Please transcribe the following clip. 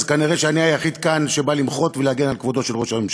אז כנראה אני היחיד כאן שבא למחות ולהגן על כבודו של ראש הממשלה,